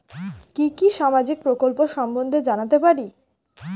কি কি সামাজিক প্রকল্প সম্বন্ধে জানাতে পারি?